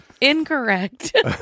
incorrect